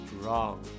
wrong